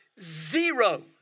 zero